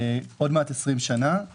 עוד מעט יחלפו 20 שנים מאז שהחל.